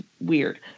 weird